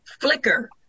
flicker